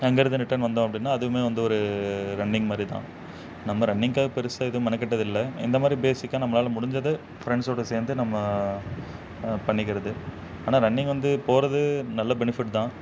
அங்கேருந்து ரிட்டன் வந்தோம் அப்படின்னா அதுவுமே வந்து ஒரு ரன்னிங் மாதிரி தான் நம்ம ரன்னிங்கா பெரிசா எதுவும் மெனக்கிட்டதில்லை இந்த மாதிரி பேசிக்காக நம்மளால் முடிஞ்சது ஃப்ரெண்ட்ஸோடு சேர்ந்து நம்ம பண்ணிக்கிறது ஆனால் ரன்னிங் வந்து போவது நல்ல பெனிஃபிட் தான்